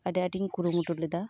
ᱟᱰᱤ ᱟᱸᱴᱤᱧ ᱠᱩᱨᱩᱢᱩᱴᱩ ᱞᱮᱫᱟ